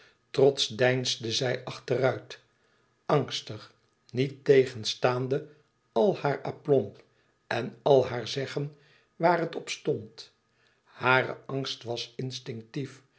trotsch deinsde zij achteruit angstig niettegenstaande al haar aplomb en al haar zeggen waar het op stond hare angst was instinctief